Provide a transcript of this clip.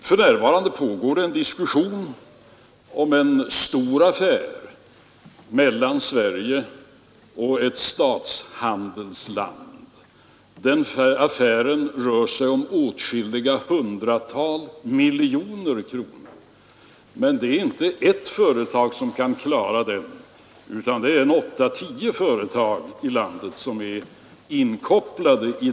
För närvarande pågår det en diskussion om en stor affär mellan Sverige och ett statshandelsland. Affären rör sig om åtskilliga hundratal miljoner kronor. Den kan inte klaras av ett företag utan åtta å tio företag i Sverige är inkopplade.